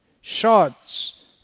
shots